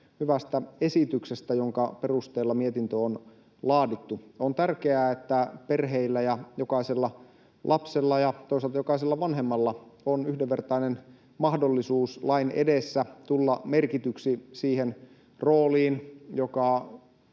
hyvästä esityksestä, jonka perusteella mietintö on laadittu. On tärkeää, että perheillä ja jokaisella lapsella ja toisaalta jokaisella vanhemmalla on yhdenvertainen mahdollisuus lain edessä tulla merkityksi siihen rooliin, joka